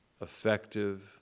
effective